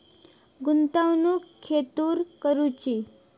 गुंतवणुक खेतुर करूची?